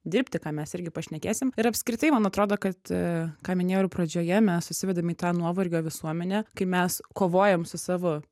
dirbti ką mes irgi pašnekėsim ir apskritai man atrodo kad ką minėjau ir pradžioje mes susivedam į tą nuovargio visuomenę kai mes kovojam su savo